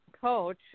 coach